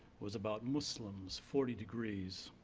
was about muslims, forty degrees.